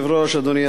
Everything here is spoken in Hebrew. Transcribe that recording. אדוני השר,